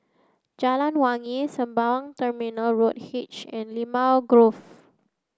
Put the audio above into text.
Jalan Wangi Sembawang Terminal Road H and Limau Grove